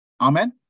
Amen